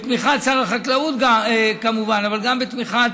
בתמיכת שר החקלאות, כמובן, אבל גם בתמיכת